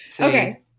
Okay